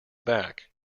back